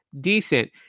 decent